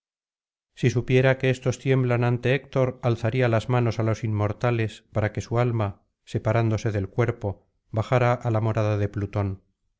si supiera que éstos tiemblan ante héctor alzaría las manos á los inmortales para que su alma separándose del cuerpo bajara á la morada de plutón